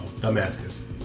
Damascus